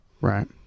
Right